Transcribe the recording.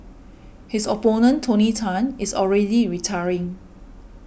his opponent Tony Tan is already retiring